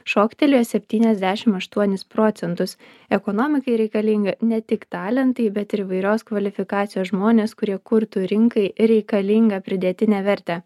šoktelėjo septyniasdešim aštuonis procentus ekonomikai reikalinga ne tik talentai bet ir įvairios kvalifikacijos žmonės kurie kurtų rinkai reikalingą pridėtinę vertę